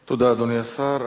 תודה, אדוני השר.